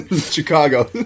Chicago